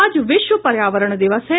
आज विश्व पर्यावरण दिवस है